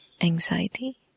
anxiety